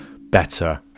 better